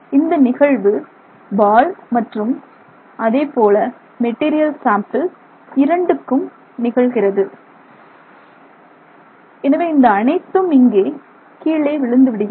இந்த நிகழ்வு பால் மற்றும் அதேபோல மெட்டீரியல் சாம்பிள் இரண்டுக்கும் நிகழ்கிறது எனவே இந்த அனைத்தும் இங்கே கீழே விழுந்துவிடுகிறது